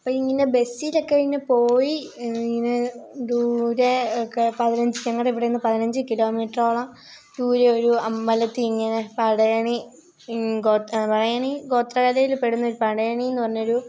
അപ്പോള് ഇങ്ങനെ ബസ്സിലൊക്കെ ഇങ്ങനെ പോയി ഇങ്ങനെ ദൂരെ ഒക്കെ പതിനഞ്ച് ഞങ്ങളുടെ ഇവിടെനിന്ന് പതിനഞ്ച് കിലോമീറ്ററോളം ദൂരെ ഒരു അമ്പലത്തിൽ ഇങ്ങനെ പടയണി ഗോത്രകലയിൽ പെടുന്നൊരു പടയണി എന്ന് പറഞ്ഞൊരു